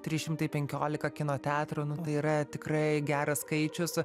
trys šimtai penkiolika kino teatrų nu tai yra tikrai geras skaičius